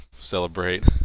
celebrate